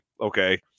okay